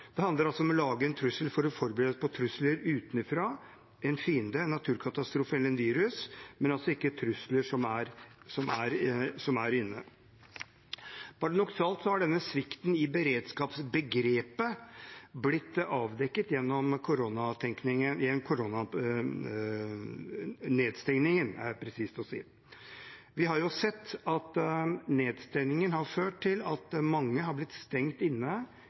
Det handler om å lage en trussel for å forberede oss på trusler utenfra – en fiende, en naturkatastrofe eller et virus – men ikke trusler som er inne. Paradoksalt nok har denne svikten i beredskapsbegrepet blitt avdekket gjennom koronanedstengningen. Vi har sett at nedstengningen har ført til at mange har blitt stengt inne